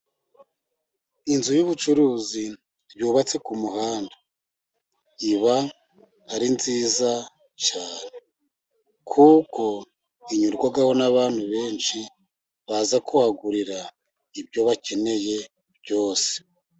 Inzu y'ubucuruzi yubatse ku muhanda iba ari nziza cyane kuko inyurwaho n'abantu benshi baza kuhagurira ibyo bakeneye byose.